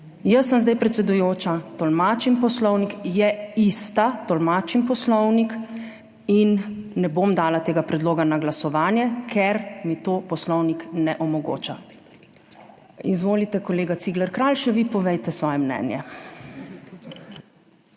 Jaz sem zdaj predsedujoča, tolmačim Poslovnik, je ista, tolmačim Poslovnik in ne bom dala tega predloga na glasovanje, ker mi to Poslovnik ne omogoča. Izvolite, kolega Cigler Kralj, še vi povejte svoje mnenje.